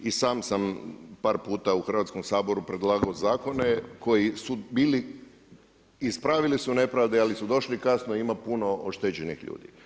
I sam sam par puta u Hrvatskom saboru predlagao zakone koji su bili, ispravili su nepravde ali su došli kasno i ima puno oštećenih ljudi.